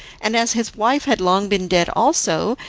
and as his wife had long been dead also,